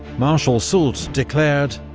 marshal soult declared.